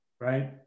right